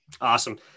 Awesome